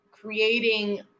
creating